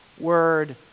word